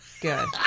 Good